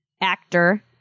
actor